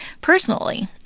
Personally